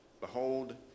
Behold